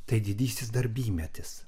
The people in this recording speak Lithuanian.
tai didysis darbymetis